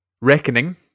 Reckoning